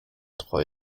treu